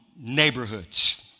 neighborhoods